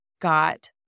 got